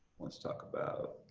let's talk about